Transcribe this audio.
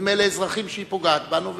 נדמה לאזרחים שהיא פוגעת בנו,